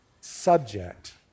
subject